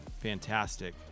Fantastic